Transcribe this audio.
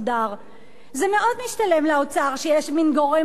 זה מאוד משתלם לאוצר שיש מין גורם ביניים כזה,